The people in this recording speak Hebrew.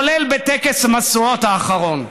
כולל בטקס המשואות האחרון.